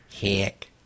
Heck